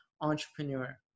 entrepreneur